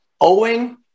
owing